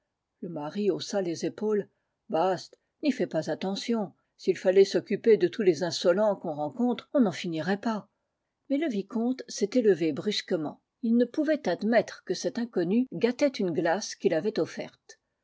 le mari haussa les épaules bast n'y fais pas attention s'il fallait s'occuper de tous les insolents qu'on rencontre on n'en finirait pas mais le vicomte s'était levé brusquement il ne pouvait admettre que cet inconnu gâtait une glace qu'il avait offerte